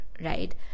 right